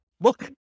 look